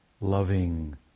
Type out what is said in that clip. loving